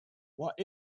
what